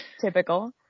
typical